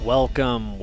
Welcome